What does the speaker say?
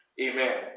Amen